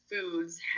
foods